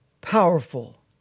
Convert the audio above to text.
Powerful